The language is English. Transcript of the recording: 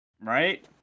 right